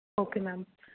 okay ma'am